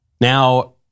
Now